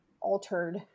altered